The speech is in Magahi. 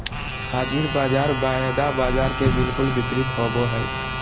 हाज़िर बाज़ार वायदा बाजार के बिलकुल विपरीत होबो हइ